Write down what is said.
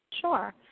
Sure